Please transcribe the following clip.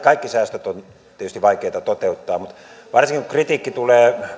kaikki säästöt ovat tietysti vaikeita toteuttaa mutta varsinkin kun kritiikki tulee